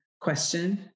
question